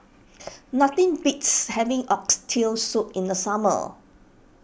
nothing beats having Oxtail Soup in the summer